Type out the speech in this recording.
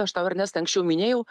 aš tau ernestai anksčiau minėjau